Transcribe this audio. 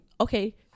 okay